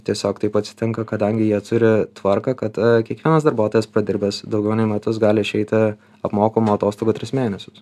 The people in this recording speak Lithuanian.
tiesiog taip atsitinka kadangi jie turi tvarką kad kiekvienas darbuotojas pradirbęs daugiau nei metus gali išeiti apmokamų atostogų tris mėnesius